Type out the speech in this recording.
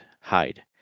hide